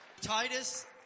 Titus